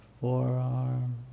forearm